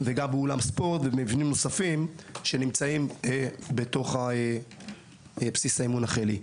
באולם ספורט ובמבנים נוספים שנמצאים בתוך בסיס האימון החיילי.